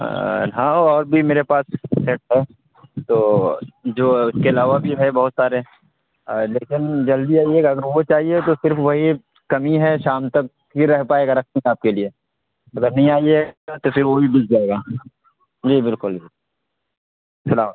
ہاں اور بھی میرے پاس سیٹ ہے تو جو اس کے علاوہ بھی ہے بہت سارے لیکن جلد ہی آئیے گا اگر وہ چاہیے تو صرف وہی کم ہی ہے شام تک ہی رہ پائے گا رکھتے ہیں آپ کے لیے اگر نہیں آئیے گا تو پھر وہ بھی بک جائے گا جی بالکل سلام